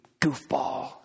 goofball